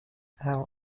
our